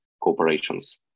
corporations